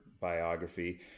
biography